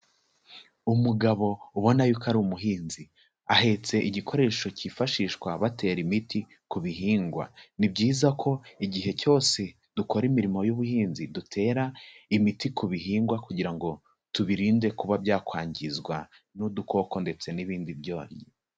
Umugabo ubona y'uko ko ari umuhinzi, ahetse igikoresho cyifashishwa batera imiti ku bihingwa, ni byiza ko igihe cyose dukora imirimo y'ubuhinzi dutera imiti ku bihingwa kugira ngo tubirinde kuba byakwangizwa n'udukoko ndetse n'ibindi byonnyi.